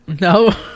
no